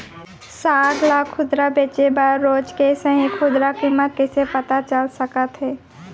साग ला खुदरा बेचे बर रोज के सही खुदरा किम्मत कइसे पता चल सकत हे?